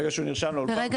ברגע שהוא נרשם לאולפן,